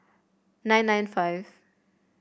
nine nine five